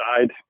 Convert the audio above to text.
side